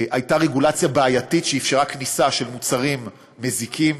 הייתה רגולציה בעייתית שאפשרה כניסה של מוצרים מזיקים.